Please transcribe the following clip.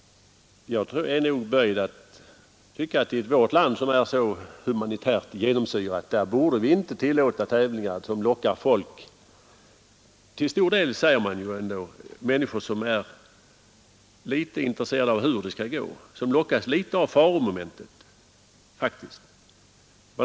Jag är böjd att anse att vi i vårt land, som är så humanitärt genomsyrat, inte borde tillåta tävlingar som drar till sig människor som faktiskt lockas litet av faromomentet.